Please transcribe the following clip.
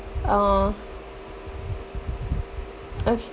orh ok~